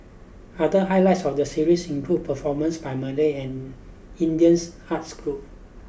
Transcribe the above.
other highlights of the series include performances by Malay and Indian's arts groups